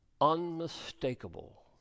unmistakable